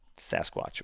Sasquatch